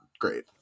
great